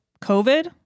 COVID